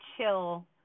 chill